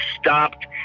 stopped